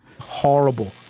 horrible